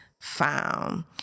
found